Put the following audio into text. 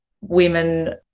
women